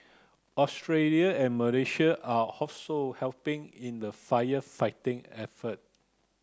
Australia and Malaysia are also helping in the firefighting effort